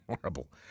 Horrible